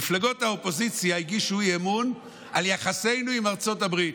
מפלגות האופוזיציה הגישו אי-אמון על יחסינו עם ארצות הברית.